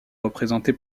représentée